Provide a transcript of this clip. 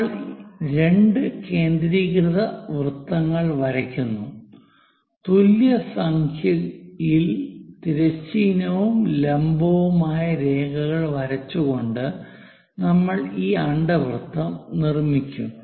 നമ്മൾ രണ്ട് കേന്ദ്രീകൃത വൃത്തങ്ങൾ വരയ്ക്കുന്നു തുല്യ സംഖ്യയിൽ തിരശ്ചീനവും ലംബവുമായ രേഖകൾ വരച്ചുകൊണ്ട് നമ്മൾ ഈ അണ്ഡവൃത്തം നിർമ്മിക്കും